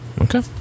Okay